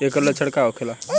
ऐकर लक्षण का होखेला?